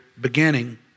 beginning